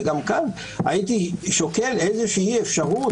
וגם כאן הייתי שוקל איזה אפשרות,